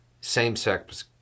same-sex